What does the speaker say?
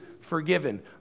forgiven